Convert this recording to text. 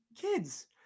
kids